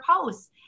posts